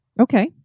Okay